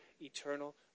eternal